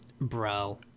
Bro